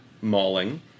mauling